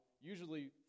usually